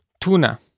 Tuna